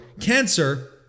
cancer